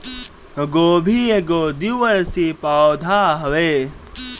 गोभी एगो द्विवर्षी पौधा हवे